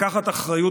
לקחת אחריות,